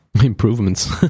Improvements